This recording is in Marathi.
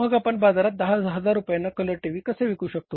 मग आपण बाजारात 10000 रुपयांना कलर टीव्ही कसे विकू शकतो